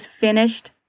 finished